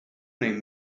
name